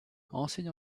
ancienne